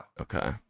Okay